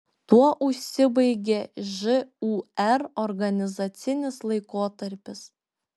tuo užsibaigė žūr organizacinis laikotarpis